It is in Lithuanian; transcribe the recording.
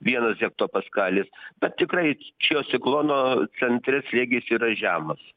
vienas hektopaskalis na tikrai šio ciklono centre slėgis yra žemas